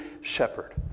shepherd